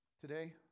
today